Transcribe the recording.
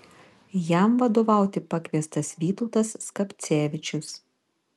jam vadovauti pakviestas vytautas skapcevičius